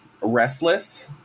restless